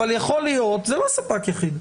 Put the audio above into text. אבל יכול להיות זה לא ספק יחיד.